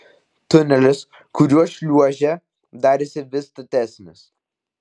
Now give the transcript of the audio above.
tunelis kuriuo šliuožė darėsi vis statesnis